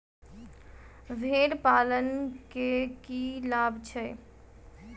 भेड़ पालन केँ की लाभ छै?